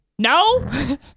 No